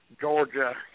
Georgia